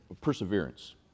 perseverance